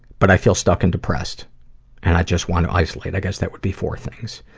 but i feel stuck and depressed and i just want to isolate i guess that would be four things.